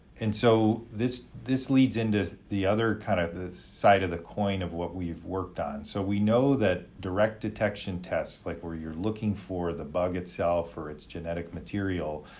and so, this this leads into the other kind of the side of the coin of what we've worked on. so we know that direct detection tests, like where you're looking for the bug itself or its genetic material,